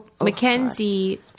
Mackenzie